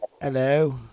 Hello